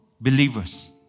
believers